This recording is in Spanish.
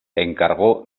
encargó